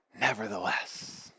Nevertheless